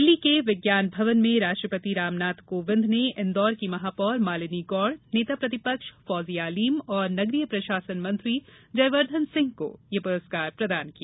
दिल्ली के विज्ञान भवन में राष्ट्रपति रामनाथ कोविंद ने इंदौर की महापौर मालिनी गौड नेता प्रतिपक्ष फौजिया अलीम और नगरीय प्रशासन मंत्री जयवर्धन सिंह को यह पुरस्कार प्रदान किया